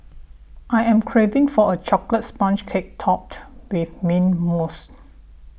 I am craving for a Chocolate Sponge Cake Topped with Mint Mousse